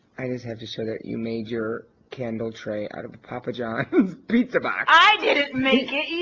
i just have to show that you made your candle tray out of a papa john's pizza box. i didn't make it, you